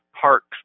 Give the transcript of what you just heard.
parks